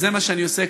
וזה מה שאני עושה,